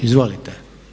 Izvolite.